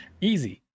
Easy